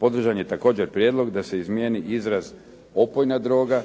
Podržan je također prijedlog da se izmijeni izraz opojna droga